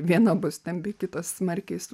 viena bus stambi kitos smarkiai vis